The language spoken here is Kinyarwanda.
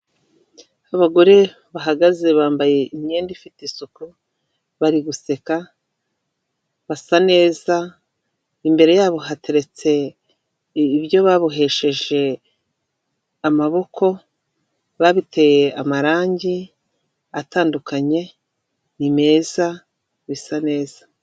Abagore bahagaze bambaye imyenda ifite isuku, bari guseka, basa neza, imbere yabo hateretse ibyo babohesheje amaboko, babiteye amarangi atandukanye, ni meza bisa neza.